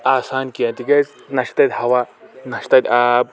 آسان کیٚنٛہہ تِکیٛازِ نہٕ چھ تَتہِ ہوا نہٕ چھ تَتہِ آب